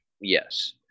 Yes